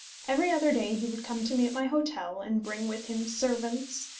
every other day he would come to me at my hotel, and bring with him servants,